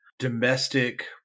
domestic